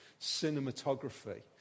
cinematography